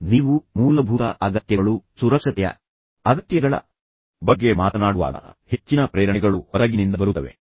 ನೀವು ಮೂಲಭೂತ ಅಗತ್ಯಗಳು ಸುರಕ್ಷತೆಯ ಅಗತ್ಯಗಳ ಬಗ್ಗೆ ಮಾತನಾಡುವಾಗ ಹೆಚ್ಚಿನ ಪ್ರೇರಣೆಗಳು ಹೊರಗಿನಿಂದ ಬರುತ್ತವೆ ಅಂದರೆ ಬಾಹ್ಯದಿಂದ